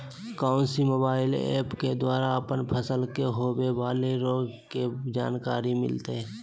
कौन सी mobile app के द्वारा अपन फसल के होबे बाला रोग के जानकारी मिलताय?